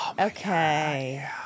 Okay